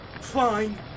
Fine